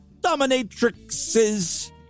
Dominatrixes